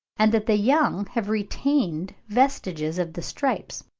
and that the young have retained vestiges of the stripes,